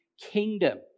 kingdom